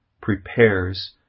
prepares